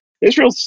Israel